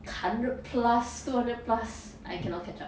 hundred plus two hundred plus I cannot catch up